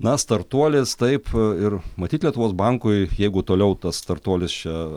na startuolis taip ir matyt lietuvos bankui jeigu toliau tas startuolis čia